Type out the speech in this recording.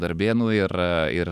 darbėnų ir ir